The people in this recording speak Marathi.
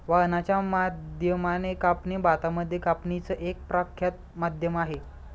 वाहनाच्या माध्यमाने कापणी भारतामध्ये कापणीच एक प्रख्यात माध्यम आहे